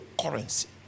currency